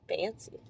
fancy